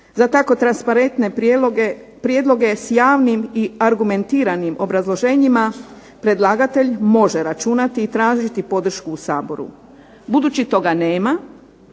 Za tako transparentne prijedloge s javnim i argumentiranim obrazloženjima predlagatelj može računati i tražiti podršku u Saboru. Budući toga nema,